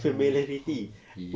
oh okay